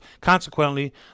Consequently